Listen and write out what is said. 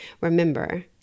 Remember